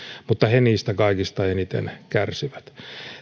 mutta he niistä kaikista eniten kärsivät